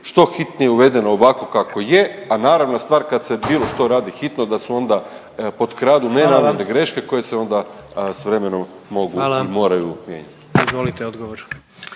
što hitnije uvedeno ovako kako je, a naravna stvar kad se bilo što radi hitno da se onda potkradu nenamjerne greške koje se onda s vremenom mogu i moraju mijenjati. **Jandroković, Gordan